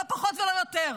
לא פחות ולא יותר.